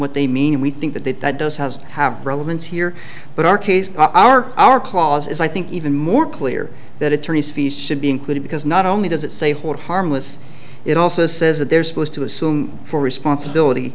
what they mean we think that that that does has have relevance here but our case our our clause is i think even more clear that attorneys fees should be included because not only does it say hold harmless it also says that they're supposed to assume full responsibility